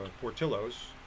Portillo's